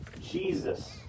Jesus